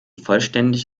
vollständig